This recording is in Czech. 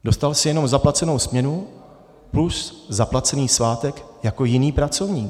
Dostal jsi jenom zaplacenou směnu plus zaplacený svátek jako jiný pracovník.